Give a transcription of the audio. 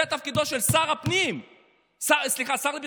אתה 12 שנה ראש הממשלה.